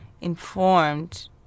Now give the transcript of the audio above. informed